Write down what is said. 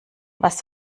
was